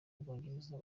bwongereza